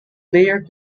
player